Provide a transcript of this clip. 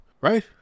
right